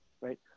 right